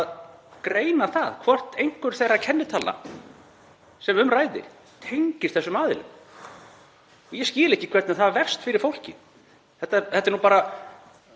greina það hvort einhver þeirra kennitalna sem um ræðir tengist þessum aðilum. Ég skil ekki hvernig það vefst fyrir fólki, þetta er bara